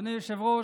אדוני היושב-ראש,